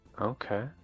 Okay